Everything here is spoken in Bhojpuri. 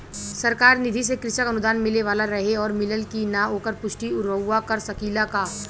सरकार निधि से कृषक अनुदान मिले वाला रहे और मिलल कि ना ओकर पुष्टि रउवा कर सकी ला का?